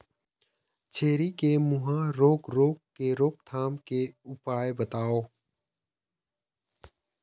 छेरी के मुहा रोग रोग के रोकथाम के उपाय बताव?